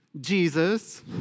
Jesus